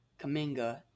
Kaminga